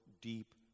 deep